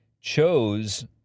chose